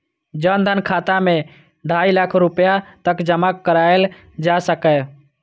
जन धन खाता मे ढाइ लाख रुपैया तक जमा कराएल जा सकैए